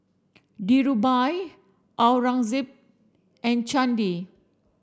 Dhirubhai Aurangzeb and Chandi